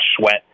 Sweat